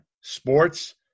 Sports